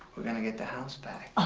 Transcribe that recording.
we're gonna get the house back. oh,